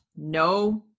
no